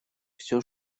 всё